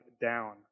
down